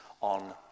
on